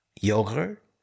yogurt